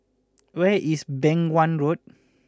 where is Beng Wan Road